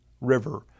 River